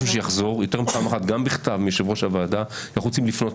יותר מפעם אחת ביקשנו מיושב ראש הוועדה שהוא יחזור,